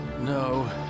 No